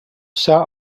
sat